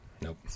nope